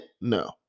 No